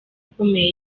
ikomeye